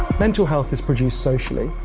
mental health is produced socially,